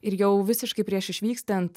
ir jau visiškai prieš išvykstant